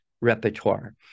repertoire